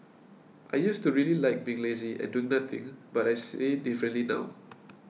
I used to really like being lazy and doing nothing but I see differently now